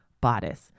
bodice